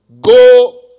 Go